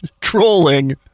trolling